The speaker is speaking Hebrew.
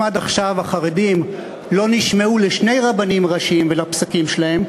אם עד עכשיו החרדים לא נשמעו לשני רבנים ראשיים ולפסקים שלהם,